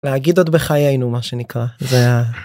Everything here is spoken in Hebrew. להגיד עוד בחיינו מה שנקרא.